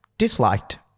Disliked